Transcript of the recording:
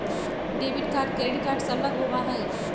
debit card credit card से अलग होबा हई